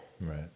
right